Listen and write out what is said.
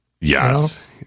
yes